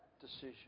decision